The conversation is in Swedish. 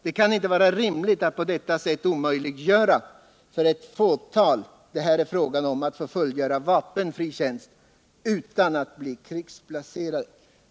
Det kan inte vara rimligt att på detta sätt omöjliggöra för det fåtal det här är fråga om, att få fullgöra vapenfri tjänst utan att bli krigsplacerade.